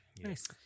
Nice